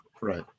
right